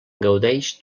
gaudeix